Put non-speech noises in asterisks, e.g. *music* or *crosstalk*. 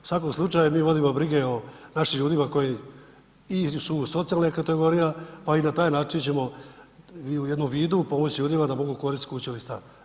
U svakom slučaju mi vodimo brige o našim ljudima koji i ... *unintelligible* socijalne kategorija, pa i na taj način ćemo u jednom vidu pomoći ljudima da mogu koristiti kuću ili stan.